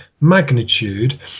magnitude